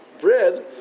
bread